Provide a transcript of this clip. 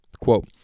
quote